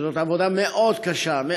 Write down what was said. כשזאת עבודה מאוד קשה,